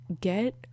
get